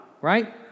right